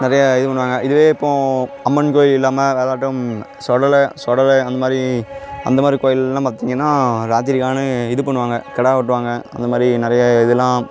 நிறைய இது பண்ணுவாங்க இதுவே இப்போம் அம்மன் கோயில் இல்லாமல் வேறாட்டும் சொடலை சொடலை அந்தமாதிரி அந்தமாதிரி கோயில் எல்லாம் பார்த்திங்கன்னா ராத்திரி காணு இது பண்ணுவாங்க கெடா வெட்டுவாங்க அந்தமாதிரி நிறையா இதெலாம்